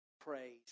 praise